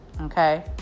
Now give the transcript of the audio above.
okay